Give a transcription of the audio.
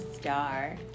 star